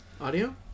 Audio